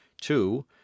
two